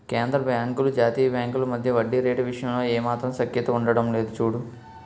కేంద్రబాంకులు జాతీయ బాంకుల మధ్య వడ్డీ రేటు విషయంలో ఏమాత్రం సఖ్యత ఉండడం లేదు చూడు